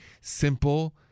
simple